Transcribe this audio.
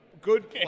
good